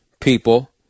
people